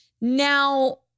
Now